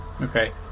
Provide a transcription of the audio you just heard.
Okay